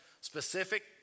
specific